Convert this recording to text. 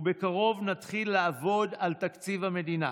ובקרוב נתחיל לעבוד על תקציב המדינה.